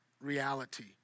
reality